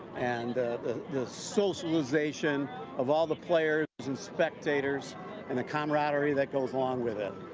and the the socialization of all the players and spectators and the camaraderie that goes along with it.